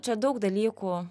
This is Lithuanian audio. čia daug dalykų